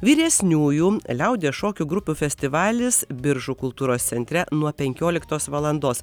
vyresniųjų liaudies šokių grupių festivalis biržų kultūros centre nuo penkioliktos valandos